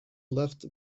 left